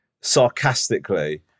sarcastically